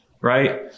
right